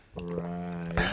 Right